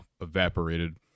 evaporated